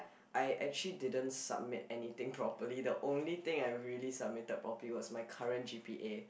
I actually didn't submit anything properly the only thing I really submitted properly was my current g_p_a